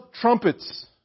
trumpets